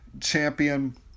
champion